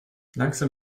langsam